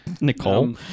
Nicole